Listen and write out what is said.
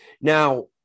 now